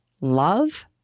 love